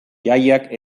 jaiak